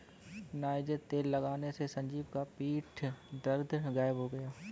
niger तेल लगाने से संजीव का पीठ दर्द गायब हो गया